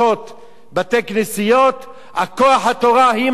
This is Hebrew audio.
בתי-כנסיות, כוח התורה, היא מכרעת פה בעניין הזה.